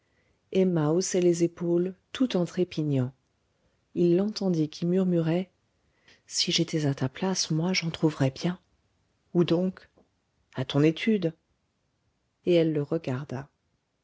emma haussait les épaules tout en trépignant il l'entendit qui murmurait si j'étais à ta place moi j'en trouverais bien où donc à ton étude et elle le regarda